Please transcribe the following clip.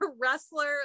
wrestler